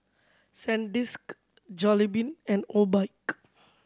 Sandisk Jollibean and Obike